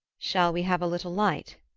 shall we have a little light?